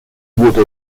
wurde